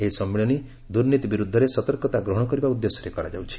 ଏହି ସମ୍ମିଳନୀ ଦୁର୍ନୀତି ବିରୁଦ୍ଧରେ ସତର୍କତା ଗ୍ରହଣ କରିବା ଉଦ୍ଦେଶ୍ୟରେ କରାଯାଉଛି